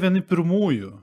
vieni pirmųjų